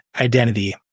identity